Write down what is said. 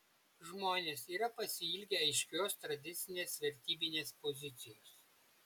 žmonės yra pasiilgę aiškios tradicinės vertybinės pozicijos